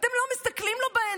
אתם לא מסתכלים לו בעיניים,